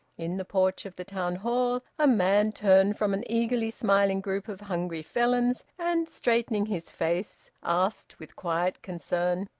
in the porch of the town hall, a man turned from an eagerly-smiling group of hungry felons and, straightening his face, asked with quiet concern,